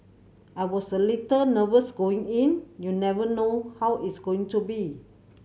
I was a little nervous going in you never know how it's going to be